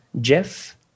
Jeff